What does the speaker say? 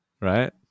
right